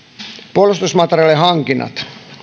puolustusmateriaalihankinnat